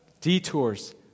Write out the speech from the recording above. Detours